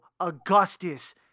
Augustus